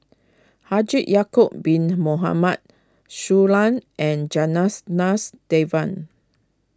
Haji Ya'Acob Bin Mohamed Shui Lan and Janas Nas Devan